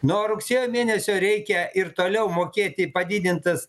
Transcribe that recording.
nuo rugsėjo mėnesio reikia ir toliau mokėti padidintas